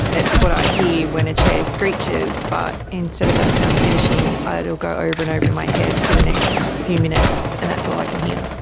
it's what i hear when a chair screeches, but instead of that sound finishing ah it will go over and over in my head for the next few minutes, and that's all i can hear.